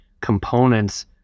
components